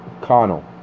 Connell